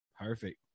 Perfect